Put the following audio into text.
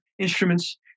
Instruments